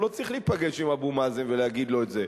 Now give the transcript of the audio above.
לא צריך להיפגש עם אבו מאזן ולהגיד לו את זה.